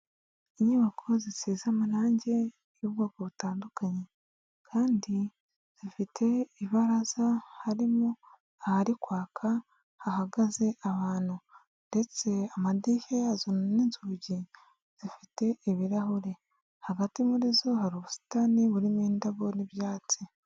Inyubako zisize amarangi y'ubwoko butandukanye kandi zifite ibaraza, harimo ahari kwaka hahagaze abantu ndetse amadirishya yazo n'inzugi zifite ibirahuri, hagati muri zo hari ubusitani burimo indabo n'ibyatsi.